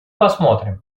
посмотрим